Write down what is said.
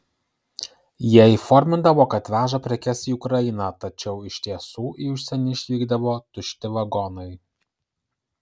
jie įformindavo kad veža prekes į ukrainą tačiau iš tiesų į užsienį išvykdavo tušti vagonai